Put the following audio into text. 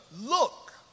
look